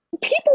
people